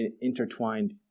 intertwined